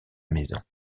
maison